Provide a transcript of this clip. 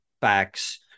backs